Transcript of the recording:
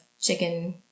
chicken